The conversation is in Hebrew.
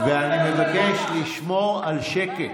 אני מבקש לשמור על שקט.